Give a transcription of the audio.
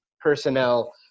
personnel